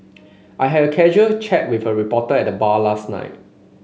I had a casual chat with a reporter at the bar last night